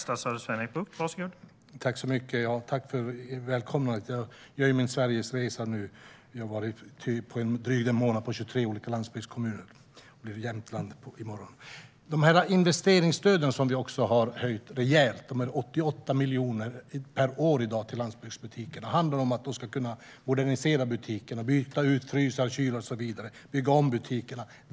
Herr talman! Tack för välkomnandet! Jag gör ju min Sverigeresa nu. Jag har på drygt en månad varit i 23 olika landsbygdskommuner. Det blir Jämtland i morgon. Investeringsstöden till landsbygdsbutikerna, som vi har höjt rejält, är i dag 88 miljoner per år. Det handlar om att de ska kunna modernisera butikerna, byta ut frys och kyl, bygga om butikerna.